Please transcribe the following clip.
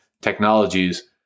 technologies